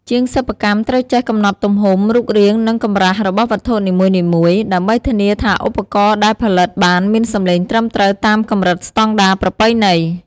ជាងសិប្បកម្មត្រូវចេះកំណត់ទំហំ រូបរាង និងកម្រាស់របស់វត្ថុធាតុនីមួយៗ ដើម្បីធានាថាឧបករណ៍ដែលផលិតបានមានសម្លេងត្រឹមត្រូវតាមកម្រិតស្តង់ដារប្រពៃណី។